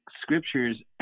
scriptures